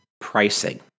Pricing